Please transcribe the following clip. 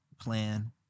plan